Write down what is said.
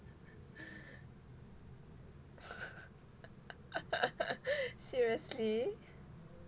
seriously